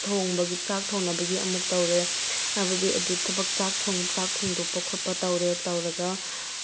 ꯊꯣꯡꯕ ꯆꯥꯛ ꯊꯣꯡꯅꯕꯒꯤ ꯑꯃꯨꯛ ꯇꯧꯔꯦ ꯍꯥꯏꯕꯗꯤ ꯑꯗꯨ ꯆꯥꯛ ꯊꯣꯡꯗꯣꯛꯄ ꯈꯣꯠꯄ ꯇꯧꯔꯦ ꯇꯧꯔꯒ